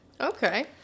Okay